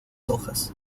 hojas